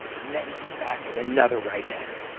and then come back with another right hand.